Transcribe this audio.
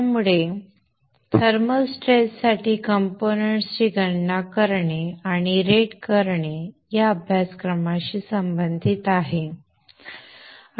त्यामुळे thermal stress साठी components ची गणना करणे आणि रेट करणे या अभ्यासक्रमाशी संबंधित आहे